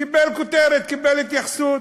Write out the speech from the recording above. קיבל כותרת, קיבל התייחסות,